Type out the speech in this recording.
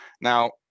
now